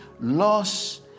loss